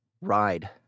ride